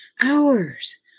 hours